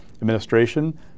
administration